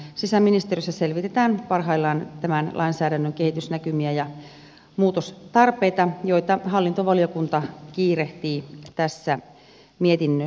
sisäministeriössä selvitetään parhaillaan tämän lainsäädännön kehitysnäkymiä ja muutostarpeita joita hallintovaliokunta kiirehtii tässä mietinnössään